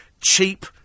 cheap